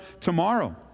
tomorrow